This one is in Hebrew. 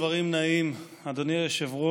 אילו דברים נאים, אדוני היושב-ראש,